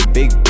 big